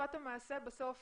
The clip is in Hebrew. בשפת המעשה בסוף